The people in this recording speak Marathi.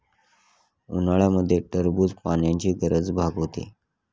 उन्हाळ्यामध्ये टरबूज पाण्याची गरज भागवते